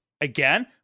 Again